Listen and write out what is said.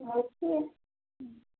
okay